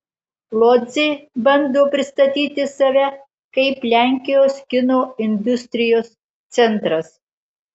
lodzė bando pristatyti save kaip lenkijos kino industrijos centras